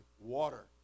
water